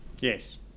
Yes